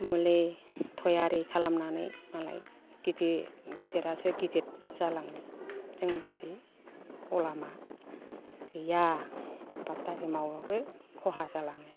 मुलि थयारि खालामनानै मालाय गिदिर गिदिर आसो गिदित जालाङो जोंबादि गलामआ गैया आबादारि मावबाबो खहा जालाङोसो